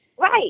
Right